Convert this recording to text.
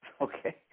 okay